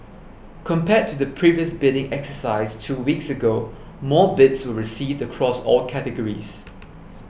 compared to the previous bidding exercise two weeks ago more bids were received across all categories